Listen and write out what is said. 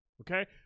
Okay